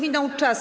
Minął czas.